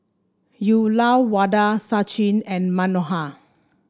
Uyyalawada Sachin and Manohar